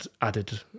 added